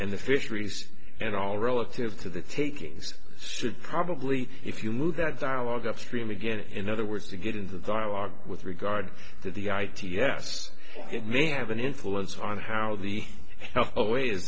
and the fisheries and all relative to the takings should probably if you move that dialogue upstream again in other words to get into dialogue with regard to the i t a s it may have an influence on how the way